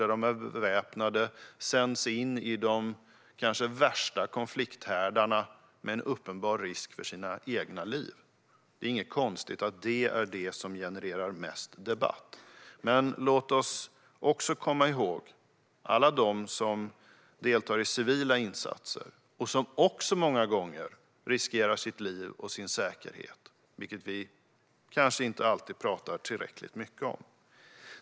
De sänds in beväpnade i de kanske värsta konflikthärdarna med en uppenbar risk för sina egna liv. Det är inte konstigt att det genererar mest debatt. Men låt oss också komma ihåg alla dem som deltar i civila insatser och som också många gånger riskerar sitt liv och sin säkerhet. Det pratar vi kanske inte alltid tillräckligt mycket om.